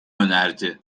önerdi